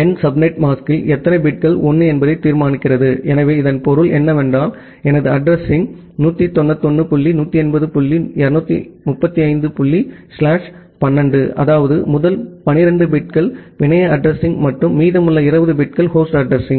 எண் சப்நெட் மாஸ்கில் எத்தனை பிட்கள் 1 என்பதை தீர்மானிக்கிறது எனவே இதன் பொருள் என்னவென்றால் எனது addressing dot 180 dot 235 dot slash 12 அதாவது முதல் 12 பிட்கள் பிணைய அட்ரஸிங் மற்றும் மீதமுள்ள 20 பிட்கள் ஹோஸ்ட் அட்ரஸிங்